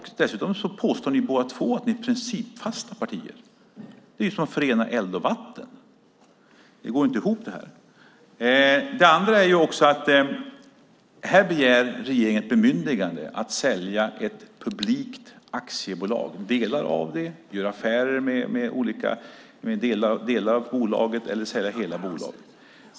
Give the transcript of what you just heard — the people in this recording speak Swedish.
Dessutom påstår båda två att det är fråga om principfasta partier. Det är ju som att förena eld och vatten. Det går inte ihop. Regeringen begär ett bemyndigande att sälja ett publikt aktiebolag, göra affärer med delar av bolaget eller sälja hela bolaget.